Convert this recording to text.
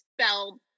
Spell